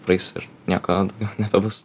praeis ir nieko daugiau nebebus